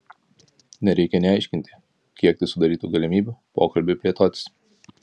nereikia nė aiškinti kiek tai sudarytų galimybių pokalbiui plėtotis